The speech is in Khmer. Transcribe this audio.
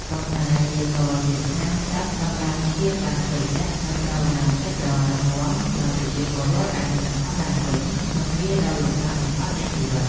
ប៉ុន្តែវាក៏ជាថ្នាំទិព្វសម្រាប់ព្យាបាលផ្លូវចិត្ត និងផ្តល់កម្លាំងចិត្តដ៏រឹងមាំដល់ប្រជាពលរដ្ឋឱ្យមានសង្ឃឹមឡើងវិញក្នុងគ្រាដ៏លំបាកបំផុតនៃជីវិត។